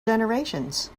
generations